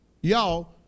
y'all